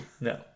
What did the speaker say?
No